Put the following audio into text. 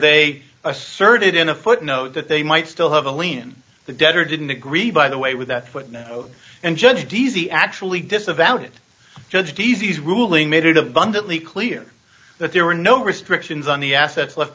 they asserted in a footnote that they might still have a lien on the debt or didn't agree by the way with that but now and judge d z actually disavowed it judge jeezy's ruling made it abundantly clear that there were no restrictions on the assets left